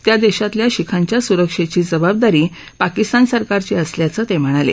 त्या देशातील शिखांच्या सुरक्षेची जबाबदारी पाकिस्तान सरकारची असल्याचं ते म्हणाले